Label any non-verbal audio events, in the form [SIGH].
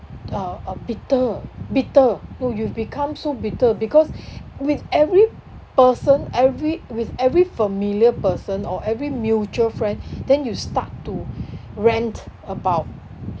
uh a bitter bitter oh you've become so bitter because [BREATH] with every person every with every familiar person or every mutual friend [BREATH] then you start to [BREATH] rant about